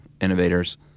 innovators